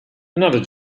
another